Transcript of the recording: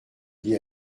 dis